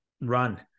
run